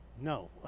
No